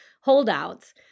holdouts